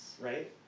right